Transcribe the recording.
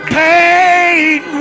pain